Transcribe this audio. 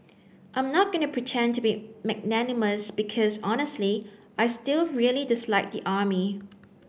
I'm not going to pretend to be magnanimous because honestly I still really dislike the army